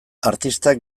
artistak